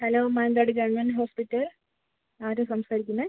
hello Mananthavady government hospital ആരാണ് സംസാരിക്കുന്നത്